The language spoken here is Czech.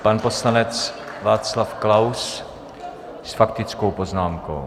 Pan poslanec Václav Klaus s faktickou poznámkou.